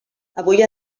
avui